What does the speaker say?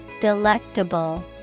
Delectable